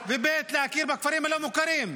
וב' להכיר בכפרים הלא-מוכרים.